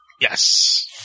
Yes